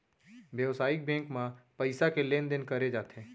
बेवसायिक बेंक म पइसा के लेन देन करे जाथे